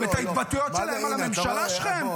להתבטאויות שלהם על הממשלה שלכם?